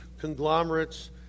conglomerates